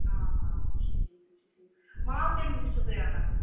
آ یہ چھُ ٹھیک یہ چھُ ٹھیک مال کٔمس نش چھُو تُہۍ اَنان